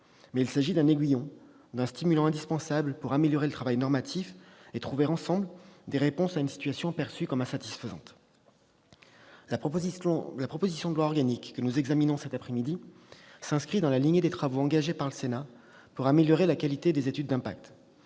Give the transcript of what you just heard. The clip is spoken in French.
mais il s'agit d'un aiguillon, d'un stimulant indispensable pour améliorer le travail normatif et pour trouver, ensemble, des réponses à une situation perçue comme insatisfaisante. La proposition de loi organique que nous examinons cet après-midi s'inscrit dans la lignée des travaux engagés par le Sénat pour améliorer la qualité des études d'impact.